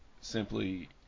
simply